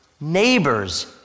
neighbor's